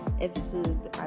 episode